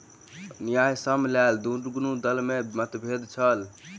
न्यायसम्यक लेल दुनू दल में मतभेद छल